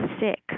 sick